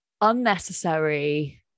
unnecessary